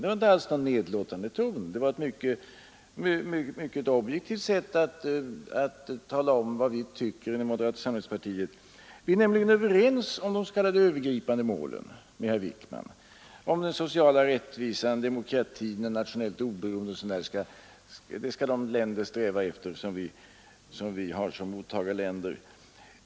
Jag hade inte alls någon nedlåtande ton utan jag redogjorde på ett mycket objektivt sätt för vad vi i moderata samlingspartiet tycker. Vi är nämligen överens med herr Wickman om de s.k. övergripande målen — social rättvisa, demokrati, nationellt oberoende osv. — som våra mottagarländer skall sträva efter.